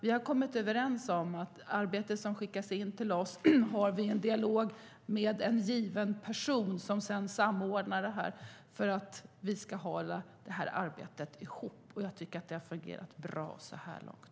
Vi har kommit överens om att vi i det arbete som skickas in till oss har en dialog med en given person som sedan samordnar det för att arbetet ska hållas ihop. Det har fungerat bra så här långt.